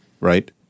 right